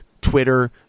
Twitter